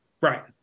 Right